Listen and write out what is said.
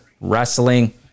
Wrestling